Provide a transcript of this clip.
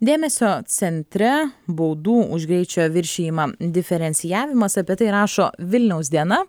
dėmesio centre baudų už greičio viršijimą diferencijavimas apie tai rašo vilniaus diena